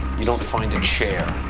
you don't find a chair,